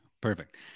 Perfect